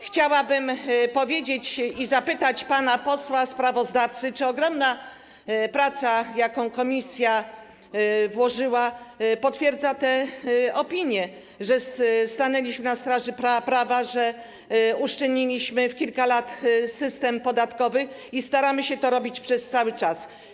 Chciałabym zapytać pana posła sprawozdawcę, czy ogromna praca, jaką włożyła komisja, potwierdza te opinie, że stanęliśmy na straży prawa, że uszczelniliśmy w kilka lat system podatkowy i staramy się to robić przez cały czas.